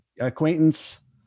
acquaintance